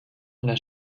their